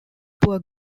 poor